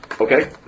Okay